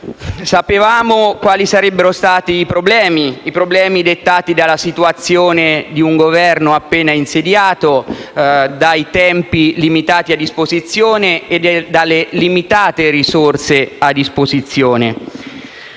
Sapevamo quali sarebbero stati i problemi, dettati dalla situazione di un Governo appena insediato, dai limitati tempi e dalle limitate risorse a disposizione.